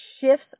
shifts